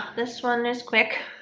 this one is quick